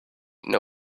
know